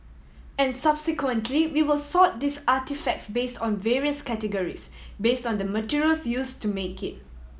and subsequently we will sort these artefacts based on various categories based on the materials used to make it